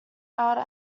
outer